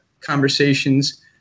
conversations